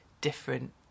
different